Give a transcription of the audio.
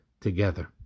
together